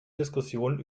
diskussionen